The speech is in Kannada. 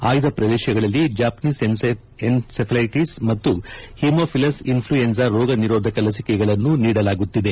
ಆಯ್ದ ಪ್ರದೇಶಗಳಲ್ಲಿ ಜಪಾನೀಸ್ ಎನ್ಸಫೆಲ್ಸೆಟಸ್ ಮತ್ತು ಹಿಮೊಫಿಲಸ್ ಇನ್ಫ್ಲುಯೆಂಜಾ ರೋಗ ನಿರೋಧಕ ಲಭಿಕೆಗಳನ್ನು ನೀಡಲಾಗುತ್ತಿದೆ